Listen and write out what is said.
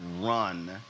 run